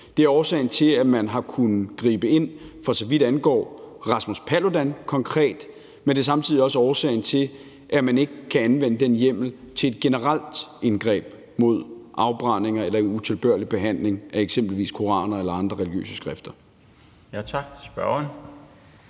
Det er årsagen til, at man har kunnet gribe ind, for så vidt konkret angår Rasmus Paludan, men det er samtidig også årsagen til, at man ikke kan anvende den hjemmel til et generelt indgreb mod afbrændinger eller utilbørlig behandling af eksempelvis koraner eller andre religiøse skrifter. Kl. 21:52 Den